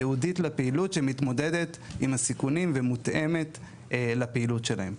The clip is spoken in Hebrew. ייעודית לפעילות שמתמודדת עם הסיכונים ומותאמת לפעילות שלהם.